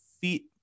feet